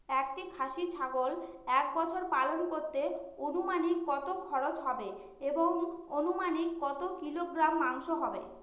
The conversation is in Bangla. একটি খাসি ছাগল এক বছর পালন করতে অনুমানিক কত খরচ হবে এবং অনুমানিক কত কিলোগ্রাম মাংস হবে?